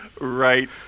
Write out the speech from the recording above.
right